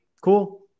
cool